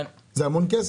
זה המון כסף.